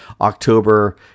October